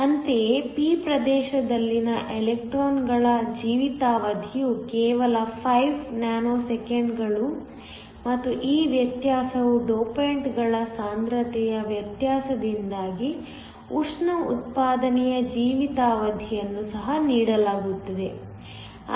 ಅಂತೆಯೇ p ಪ್ರದೇಶದಲ್ಲಿನ ಎಲೆಕ್ಟ್ರಾನ್ಗಳ ಜೀವಿತಾವಧಿಯು ಕೇವಲ 5 ನ್ಯಾನೊಸೆಕೆಂಡ್ಗಳು ಮತ್ತು ಈ ವ್ಯತ್ಯಾಸವು ಡೋಪಾಂಟ್ಗಳ ಸಾಂದ್ರತೆಯ ವ್ಯತ್ಯಾಸದಿಂದಾಗಿ ಉಷ್ಣ ಉತ್ಪಾದನೆಯ ಜೀವಿತಾವಧಿಯನ್ನು ಸಹ ನೀಡಲಾಗುತ್ತದೆ